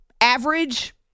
average